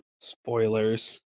Spoilers